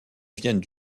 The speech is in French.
viennent